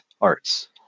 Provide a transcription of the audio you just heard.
arts